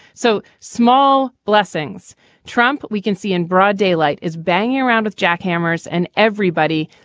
so small blessings trump we can see in broad daylight is banging around with jackhammers and everybody.